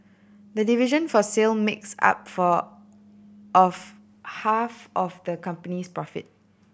the division for sale makes up for of half of the company's profit